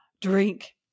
Drink